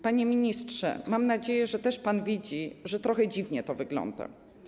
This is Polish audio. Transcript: Panie ministrze, mam nadzieję, że też pan widzi, że trochę dziwnie to wygląda.